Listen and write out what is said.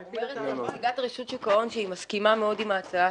אומרת נציגת רשות שוק ההון שהיא מסכימה מאוד עם ההצעה,